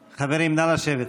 חברים, נא לשבת.